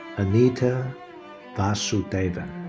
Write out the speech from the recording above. anita vasudevan.